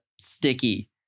sticky